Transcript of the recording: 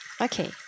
Okay